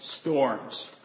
storms